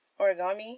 origami